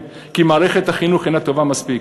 כי מערכת החינוך אינה טובה מספיק,